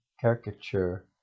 caricature